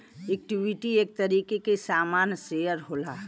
equity एक तरीके के सामान शेअर होला